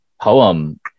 poem